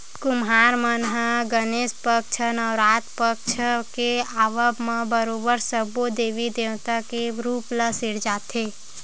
कुम्हार मन ह गनेस पक्छ, नवरात पक्छ के आवब म बरोबर सब्बो देवी देवता के रुप ल सिरजाथे